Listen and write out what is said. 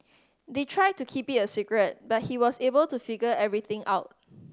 they tried to keep it secret but he was able to figure everything out